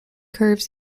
curves